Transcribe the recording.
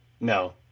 No